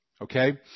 Okay